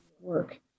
work